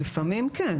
לפעמים כן.